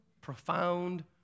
profound